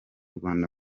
rwanda